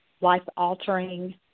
life-altering